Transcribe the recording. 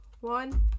one